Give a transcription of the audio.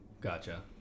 Gotcha